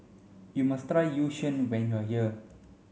you must Yu Sheng when you are here